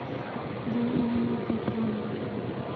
जीवन बीमा के का लाभ बा?